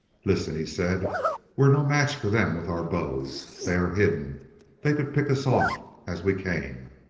listen, he said we're no match for them with our bows. they are hidden they could pick us off as we came.